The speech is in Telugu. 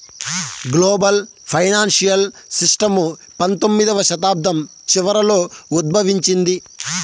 గ్లోబల్ ఫైనాన్సియల్ సిస్టము పంతొమ్మిదవ శతాబ్దం చివరలో ఉద్భవించింది